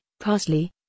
parsley